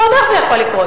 ועוד איך זה יכול לקרות.